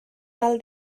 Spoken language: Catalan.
tal